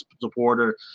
supporter